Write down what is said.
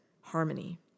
harmony